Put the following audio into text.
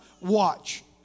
watch